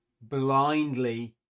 blindly